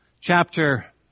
chapter